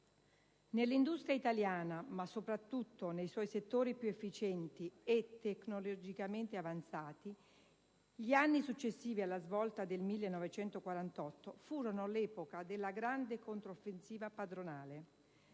«Nell'industria italiana, ma soprattutto nei suoi settori più efficienti e tecnologicamente avanzati, gli anni successivi alla svolta del 1948 furono l'epoca della grande controffensiva padronale.